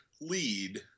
lead